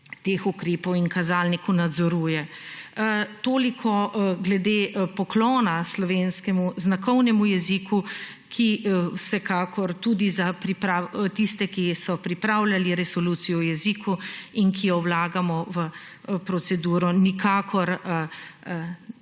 teh ukrepov in kazalnikov nadzoruje. Toliko glede poklona slovenskemu znakovnemu jeziku, ki vsekakor tudi za pripravo … tiste, ki so pripravljali resolucijo o jeziku in ki jo vlagamo v proceduro. Nikakor, da